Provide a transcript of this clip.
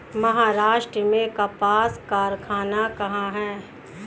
महाराष्ट्र में कपास कारख़ाना कहाँ है?